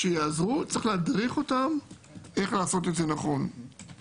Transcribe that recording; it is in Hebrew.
כדי שיעזרו צריך להדריך אותם איך לעשות את זה נכון.